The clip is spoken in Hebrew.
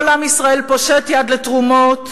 כל עם ישראל פושט יד לתרומות,